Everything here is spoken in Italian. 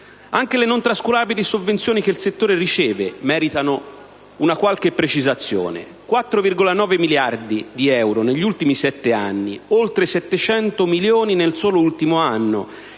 Anche le non trascurabili sovvenzioni che il settore riceve meritano una qualche precisazione: 4,9 miliardi di euro negli ultimi sette anni; oltre 700 milioni solo nell'ultimo anno,